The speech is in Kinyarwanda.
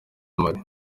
mali